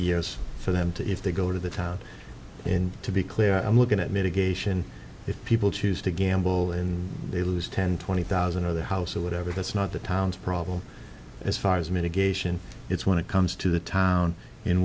years for them to if they go to the town and to be clear i'm looking at mitigation if people choose to gamble and they lose ten twenty thousand other house or whatever that's not the town's problem as far as mitigation it's when it comes to the town